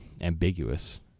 ambiguous